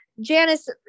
janice